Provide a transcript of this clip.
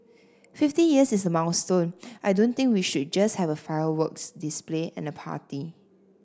fifty years is a milestone I don't think we should just have a fireworks display and a party